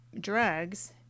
drugs